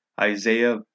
Isaiah